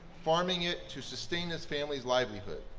farming it to sustain his family's livelihood.